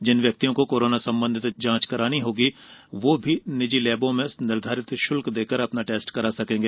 जिन व्यक्तियों को कोरोना संबंधित जांच करानी है वह भी निजी लेबों में निर्धारित शुल्क देकर टेस्ट करा सकेंगे